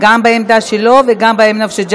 גם וגם?